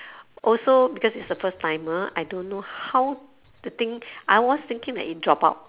also because it's a first timer I don't know how the thing I was thinking that it drop out